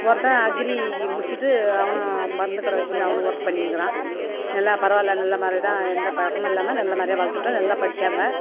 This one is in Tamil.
ஒருத்தன் அக்கிரி முடிச்சுட்டு அவனும் மருத்துக் கடை வெச்சுனு அவனும் ஒர்க் பண்ணினுக்கிறான் நல்லா பரவாயில்ல நல்ல மாதிரி தான் எந்த பழக்கமும் இல்லாமல் நல்ல மாதிரியா வளர்த்துட்டோம் நல்லா படித்தாங்க